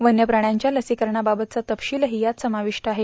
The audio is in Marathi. वन्य प्राण्यांच्या लसीकरणाबाबतचे तपशीलही यात समाविष्ट आहेत